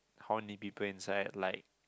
how many people inside like